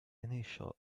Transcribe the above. initial